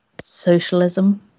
socialism